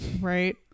right